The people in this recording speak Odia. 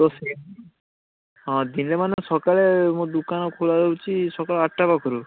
ତ ସେଇ ହଁ ଦିନମାନ ସକାଳେ ମୋ ଦୋକାନ ଖୋଲା ରହୁଛି ସକାଳ ଆଠଟା ପାଖରୁ